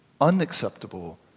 unacceptable